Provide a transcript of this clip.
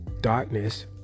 darkness